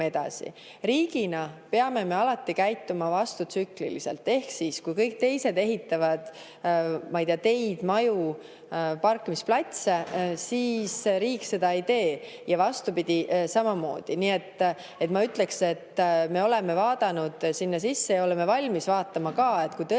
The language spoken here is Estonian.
Riigina peame me alati käituma vastutsükliliselt. Ehk siis, kui kõik teised ehitavad teid, maju, parkimisplatse, siis riik seda ei tee, ja vastupidi samamoodi. Nii et ma ütleksin, et me oleme vaadanud sinna sisse ja oleme valmis ka [edaspidi] vaatama, et